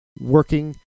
working